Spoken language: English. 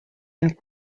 and